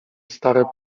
stare